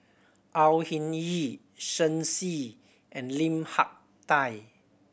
Au Hing Yee Shen Xi and Lim Hak Tai